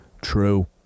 True